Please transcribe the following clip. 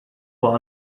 won